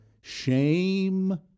shame